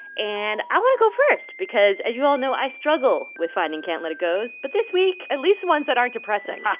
and i want to go first because as you all know, i struggle with finding can't let it gos. but this week. at least ones that aren't depressing